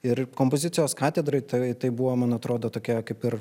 ir kompozicijos katedrai tai tai buvo man atrodo tokia kaip ir